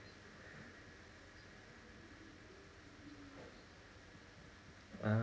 ah